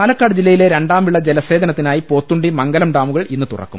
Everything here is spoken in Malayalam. പാലക്കാട് ജില്ലയിലെ രണ്ടാം വിള ജലസേചന ത്തിനായി പോത്തുണ്ടി മംഗലം ഡാമുകൾ ഇന്ന് തുറക്കും